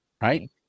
right